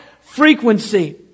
frequency